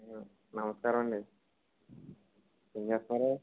నమస్కారమండి ఏం చేస్తన్నారూ